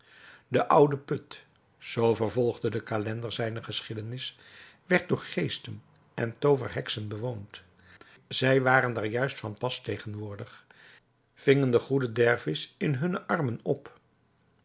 de oude put zoo vervolgde de calender zijne geschiedenis werd door geesten en tooverheksen bewoond zij waren daar juist van pas tegenwoordig vingen den goeden dervis in hunne armen op